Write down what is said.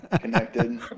connected